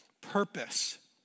purpose